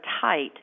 tight